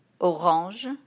orange